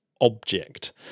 object